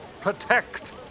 protect